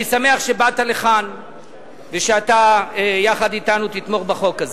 אני שמח שבאת לכאן ושאתה יחד אתנו תתמוך בחוק הזה.